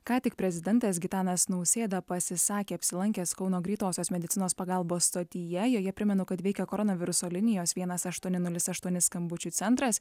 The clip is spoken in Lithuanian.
ką tik prezidentas gitanas nausėda pasisakė apsilankęs kauno greitosios medicinos pagalbos stotyje joje primenu kad veikia koronaviruso linijos vienas aštuoni nulis aštuoni skambučių centras